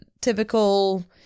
typical